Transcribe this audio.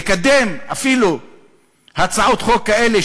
לקדם אפילו הצעות חוק כאלה,